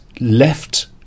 left